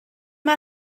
mae